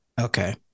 okay